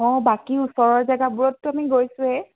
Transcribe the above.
অঁ বাকী ওচৰৰ জেগাবোৰততো আমি গৈছোঁৱেই